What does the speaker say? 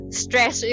stress